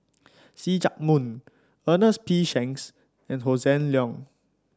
See Chak Mun Ernest P Shanks and Hossan Leong